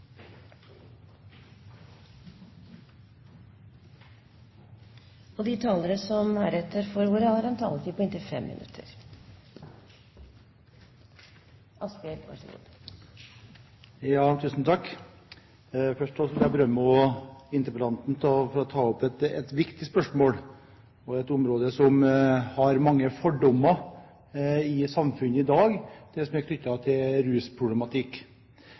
Først må jeg berømme interpellanten for å ta opp et viktig spørsmål og et område der det er mange fordommer i samfunnet i dag, det som er knyttet til rusproblematikk.